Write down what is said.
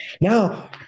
Now